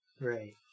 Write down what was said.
right